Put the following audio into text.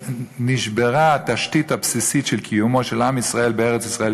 שנשברה התשתית הבסיסית של קיומו של עם ישראל בארץ-ישראל,